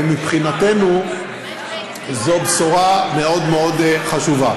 ומבחינתנו זו בשורה מאוד מאוד חשובה.